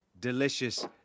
Delicious